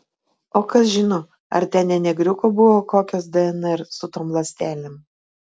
o kas žino ar ten ne negriuko buvo kokios dnr su tom ląstelėm